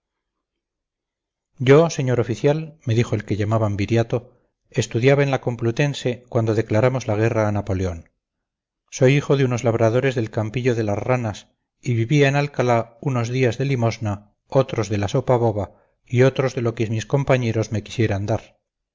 yo señor oficial me dijo el que llamaban viriato estudiaba en la complutense cuando declaramos la guerra a napoleón soy hijo de unos labradores del campillo de las ranas y vivía en alcalá unos días de limosna otros de la sopa boba y otros de lo que mis compañeros me quisieran dar